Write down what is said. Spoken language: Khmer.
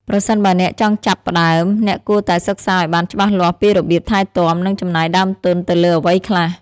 ប្រសិនបើអ្នកចង់ចាប់ផ្តើម អ្នកគួរតែសិក្សាឲ្យបានច្បាស់លាស់ពីរបៀបថែទាំ និងចំណាយដើមទុនទៅលើអ្វីខ្លះ។